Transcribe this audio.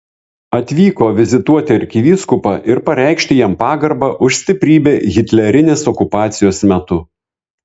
atvyko vizituoti arkivyskupą ir pareikšti jam pagarbą už stiprybę hitlerinės okupacijos metu